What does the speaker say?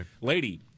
lady